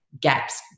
gaps